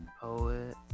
Poet